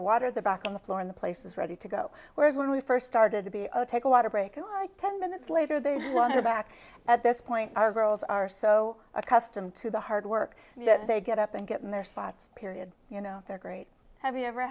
water the back on the floor in the place is ready to go whereas when we first started to be take a lot of break and ten minutes later there was a back at this point our girls are so accustomed to the hard work that they get up and get in their spots period you know they're great have you ever